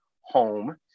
home